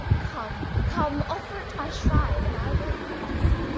come come offer at my shrine, and i will helpe thee